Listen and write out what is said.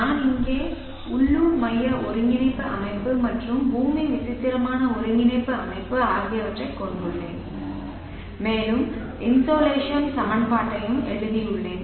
நான் இங்கே உள்ளூர் மைய ஒருங்கிணைப்பு அமைப்பு மற்றும் பூமி விசித்திரமான ஒருங்கிணைப்பு அமைப்பு ஆகியவற்றைக் கொண்டுள்ளேன் மேலும் இன்சோலேஷன் சமன்பாட்டையும் எழுதியுள்ளேன்